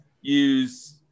use